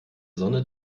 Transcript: sonne